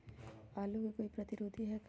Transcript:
आलू के कोई प्रतिरोधी है का?